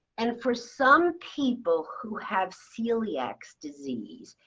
and for some people who have celiac disease,